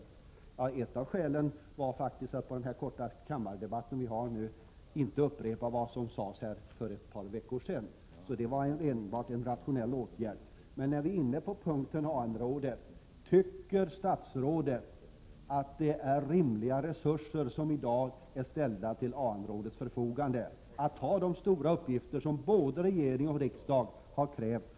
Ett av skälen till att jag inte nämnde dessa var faktiskt att jag i den här korta kammardebatten inte ville upprepa vad som sagts för ett par veckor sedan. Det var alltså enbart en rationaliseringsåtgärd från min sida. Men när vi nu ändå är inne på frågan om AN-rådet vill jag fråga: Tycker statsrådet att rimliga resurser i dag står till AN-rådets förfogande, med tanke på de stora — Prot. 1987/88:129 uppgifter som både regering och riksdag har ålagt rådet?